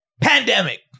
Pandemic